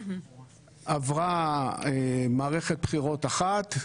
עברה מערכת בחירות אחת,